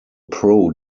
pro